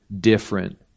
different